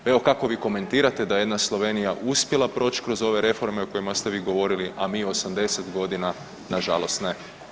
Pa evo kako vi komentirate da je jedna Slovenija uspjela proći kroz ove reforme o kojima ste vi govorili, a mi 80 godina nažalost ne?